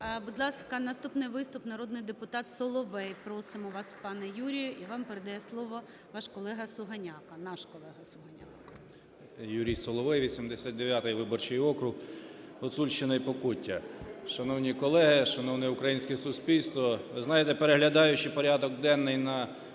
Будь ласка, наступний виступ. Народний депутат Соловей. Просимо вас, пане Юрію. І вам передає слово ваш колега Сугоняко. Наш колега Сугоняко. 10:26:28 СОЛОВЕЙ Ю.І. Юрій Соловей, 89 виборчий округ, Гуцульщина і Покуття. Шановні колеги! Шановне українське суспільство! Ви знаєте, переглядаючи порядок денний на